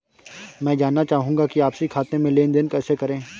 मैं जानना चाहूँगा कि आपसी खाते में लेनदेन कैसे करें?